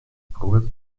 bruder